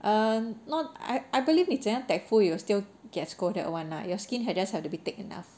I'm not I I believe 你怎样 tactful you will still get scolded one lah your skin had just have to be thick enough